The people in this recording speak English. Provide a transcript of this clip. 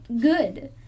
good